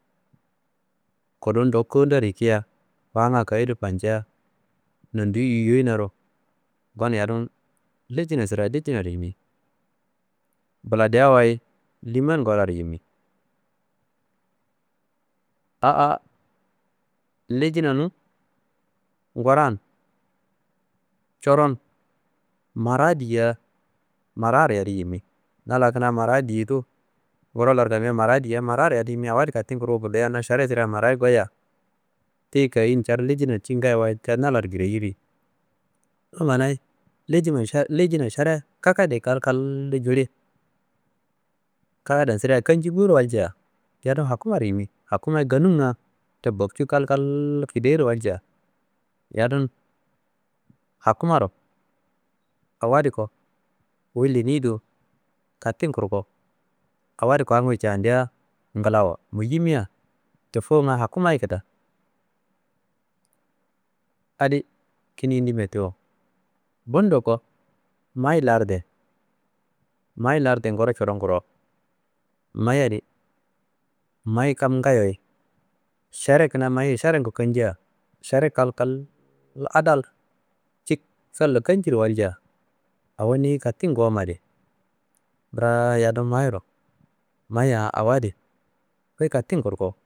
Kudu ndoko kowundaro yukuyiya kongayi kayi do fancia nondiyi yiyoyinaro ngonum yadum lejina sira lejinaro yimi, buladeawayi liman ngorayero yimi. A a lejinanu ngoran coron mara diya mararo yadi yimi, na la kuna mara diye do, nguro laro gamia mara diya mararo yadum yimia awo adi katin kurkomu guliya na šara siran marayi goyiya tiyi kayin cadu lejinaro cin ngayiwayi«unitelligible» na laro gireyiri. Kamma nayi lejima lejina šara kakaduye kalkal juli kakdin sida kanci borowalcia yadum hakumaro yimi, hakumayi ganunga tobbokcu kalkalo kidearo walcia yadun hakumaro awadi ko wuyi leniyi do katin kurko awadi kongiyi candia ngilawo mu yimia wette fuwunga hakumayi kida. Adi kin yindinbe tiwo. Bundo ko mayi larduye, mayi larduye ngoro coron koro, mayiyadi mayi kam ngayoye šara kuna mayiye šarangu kancia, šara kalkal adal cikkallo kancirowalcia awo niyi katin gommadi brad yadum mayiro, mayi aan awadi wiyi katin kurko